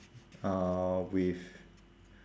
uh with